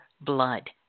blood